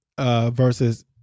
versus